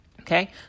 okay